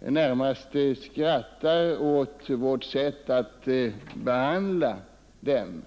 närmast skrattar åt vårt sätt att behandla dem.